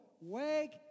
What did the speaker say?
wake